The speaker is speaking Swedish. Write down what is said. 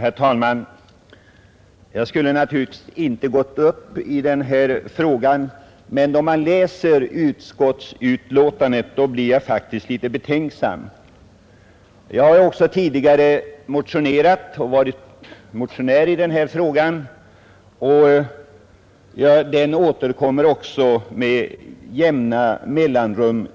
Herr talman! Jag skulle egentligen inte ha begärt ordet i denna fråga, men när man läser utskottets betänkande blir man litet fundersam. Jag har tidigare varit motionär i frågan, som återkommer till riksdagen med jämna mellanrum,